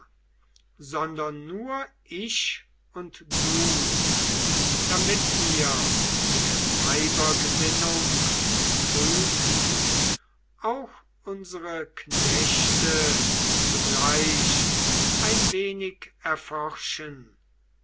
sondern nur ich und du damit wir der weiber gesinnung prüfen auch unsere knechte zugleich ein wenig erforschen